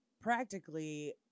practically